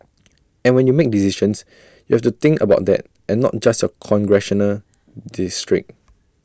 and when you make decisions you have to think about that and not just your congressional district